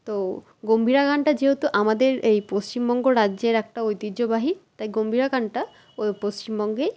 তো গম্ভীরা গানটা যেহেতু আমাদের এই পশ্চিমবঙ্গ রাজ্যের একটা ঐতিহ্যবাহী তাই গম্ভীরা গানটা ও পশ্চিমবঙ্গেই